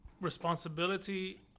responsibility